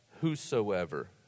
whosoever